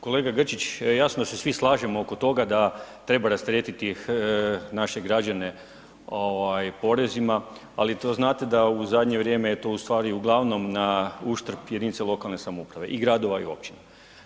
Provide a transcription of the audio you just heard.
Kolega Grčić, jasno da se svi slažemo oko toga da treba rasteretiti naše građane porezima, ali to znate da u zadnje vrijeme je to u stvari uglavnom na uštrb jedinice lokalne samouprave i gradova i općina.